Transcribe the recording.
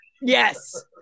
Yes